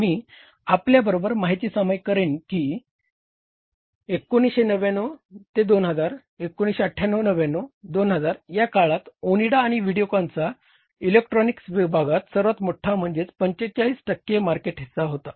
मी आपल्याबरोबर माहिती सामायिक कारेन की 1999 2000's '98 '99 2000'या काळात ओनिडा आणि व्हिडीओकॉनचा इलेक्ट्रॉनिक्स विभागात सर्वात मोठा म्हणजे 45 टक्के मार्केट हिस्सा होता